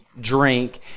drink